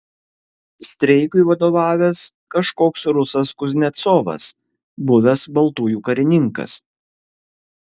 streikui vadovavęs kažkoks rusas kuznecovas buvęs baltųjų karininkas